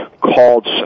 called